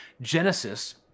Genesis